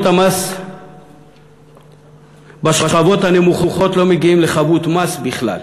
המס בשכבות הנמוכות לא מגיעות לחבות מס בכלל,